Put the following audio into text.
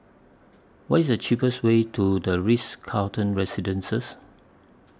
What IS The cheapest Way to The Ritz Carlton Residences